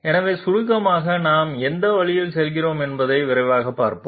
எனவே சுருக்கமாக நாம் எந்த வழியில் செல்கிறோம் என்பதை விரைவாகப் பார்ப்போம்